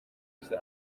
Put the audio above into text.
gusa